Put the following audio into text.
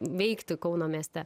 veikti kauno mieste